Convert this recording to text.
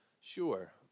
sure